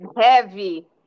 heavy